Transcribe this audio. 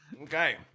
okay